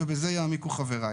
ובזה יעמיקו חבריי.